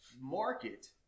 market